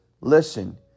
Listen